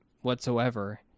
Whatsoever